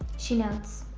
she notes,